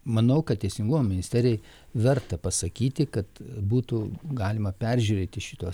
manau kad teisingumo ministerijai verta pasakyti kad būtų galima peržiūrėti šituos